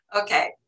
Okay